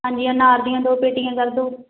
ਹਾਂਜੀ ਅਨਾਰ ਦੀਆਂ ਦੋ ਪੇਟੀਆਂ ਕਰ ਦਿਓ